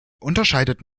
unterscheidet